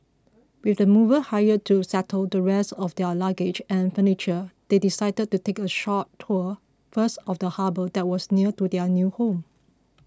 with the movers hired to settle the rest of their luggage and furniture they decided to take a short tour first of the harbour that was near their new home